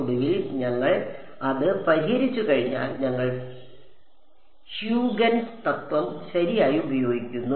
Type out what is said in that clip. ഒടുവിൽ ഞങ്ങൾ അത് പരിഹരിച്ചുകഴിഞ്ഞാൽ ഞങ്ങൾ ഹ്യൂഗൻസ് തത്വം ശരിയായി ഉപയോഗിക്കുന്നു